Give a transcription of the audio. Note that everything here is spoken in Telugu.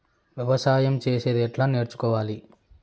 వ్యవసాయం చేసేది ఎట్లా నేర్చుకోవాలి?